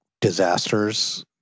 disasters